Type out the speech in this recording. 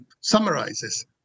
summarizes